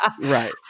Right